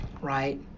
right